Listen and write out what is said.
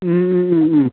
ओम ओम ओम ओम